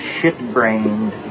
shit-brained